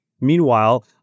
Meanwhile